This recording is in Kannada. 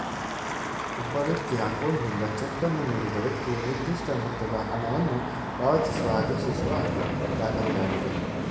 ಒಬ್ಬ ವ್ಯಕ್ತಿಯ ಅಕೌಂಟ್ನಿಂದ ಚೆಕ್ ಅನ್ನು ನೀಡಿದ ವೈಕ್ತಿಗೆ ನಿರ್ದಿಷ್ಟ ಮೊತ್ತದ ಹಣವನ್ನು ಪಾವತಿಸುವ ಆದೇಶಿಸುವ ದಾಖಲೆಯಾಗಿದೆ